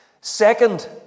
Second